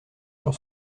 sur